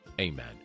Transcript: Amen